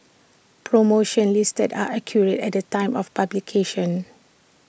promotions listed are accurate at the time of publication